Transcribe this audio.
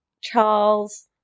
Charles